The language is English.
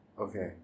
Okay